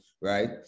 right